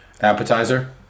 Appetizer